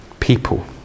people